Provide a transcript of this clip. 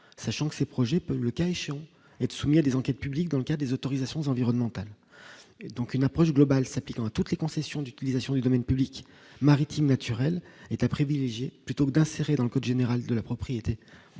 sachant que ces projets peut, le cas échéant être soumis à des enquêtes publiques dans le cas des autorisations environnementales donc une approche globale s'appliquant à toutes les concessions d'utilisation du domaine public maritime naturel est à privilégier plutôt d'insérer dans le code général de la propriété